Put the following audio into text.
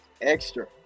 extra